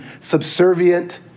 subservient